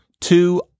two